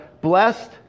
blessed